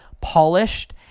polished